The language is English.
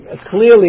clearly